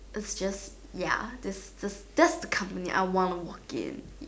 is just ya that's just that's the company I want to work in